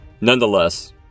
Nonetheless